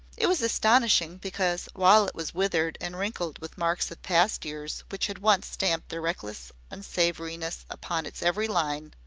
it was astonishing because while it was withered and wrinkled with marks of past years which had once stamped their reckless unsavoriness upon its every line,